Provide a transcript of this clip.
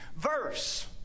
verse